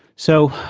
so,